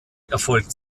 erfolgt